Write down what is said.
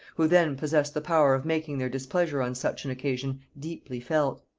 who then possessed the power of making their displeasure on such an occasion deeply felt.